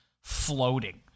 floating